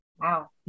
Wow